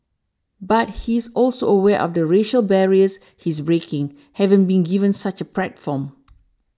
but he's also aware of the racial barriers he's breaking having been given such a platform